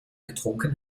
getrunken